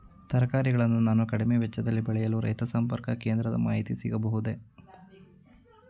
ತರಕಾರಿಗಳನ್ನು ನಾನು ಕಡಿಮೆ ವೆಚ್ಚದಲ್ಲಿ ಬೆಳೆಯಲು ರೈತ ಸಂಪರ್ಕ ಕೇಂದ್ರದ ಮಾಹಿತಿ ಸಿಗಬಹುದೇ?